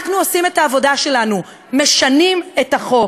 אנחנו עושים את העבודה שלנו, משנים את החוק.